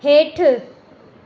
हेठि